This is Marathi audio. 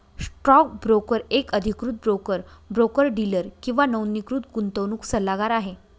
स्टॉक ब्रोकर एक अधिकृत ब्रोकर, ब्रोकर डीलर किंवा नोंदणीकृत गुंतवणूक सल्लागार आहे